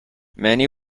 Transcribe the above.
many